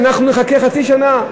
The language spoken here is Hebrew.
אנחנו נחכה חצי שנה,